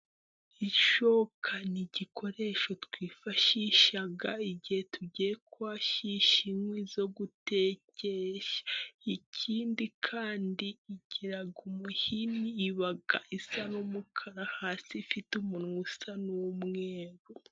Ishoka n'igikoresho twifashisha igihe tugiye kwashisha inkwi zo gutegesha, ikindi kandi igira umuhini ibaga isa n'umukara hasi ifite umunwa usa n'umweru.